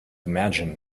imagine